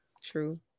true